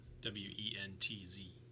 W-E-N-T-Z